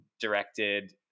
directed